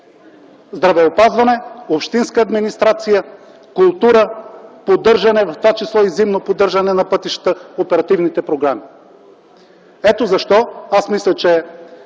Здравеопазване, общинска администрация, култура, поддържане, в това число и зимно поддържане, на пътищата, оперативните програми. Ето защо аз мисля, че